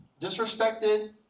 disrespected